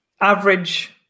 average